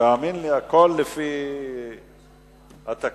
תאמין לי, הכול לפי התקנון.